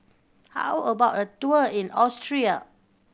how about a tour in Austria